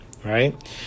Right